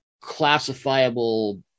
classifiable